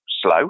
slow